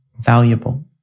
valuable